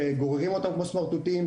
שגוררים אותם כמו סמרטוטים,